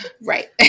Right